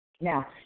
Now